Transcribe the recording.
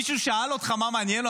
מישהו שאל אותך מה מעניין אותך,